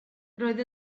roedd